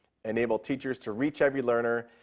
enable teachers to reach every learner,